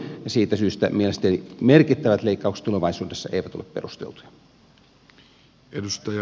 siitä syystä mielestäni merkittävät leikkaukset tulevaisuudessa eivät ole perusteltuja